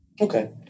Okay